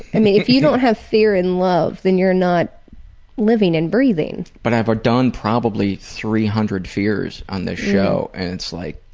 and if you don't have fear and love then you're not living and breathing. but i've done probably three hundred fears on this show and it's like,